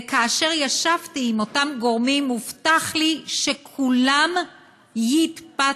וכאשר ישבתי עם אותם גורמים הובטח לי שכולם יתפטרו.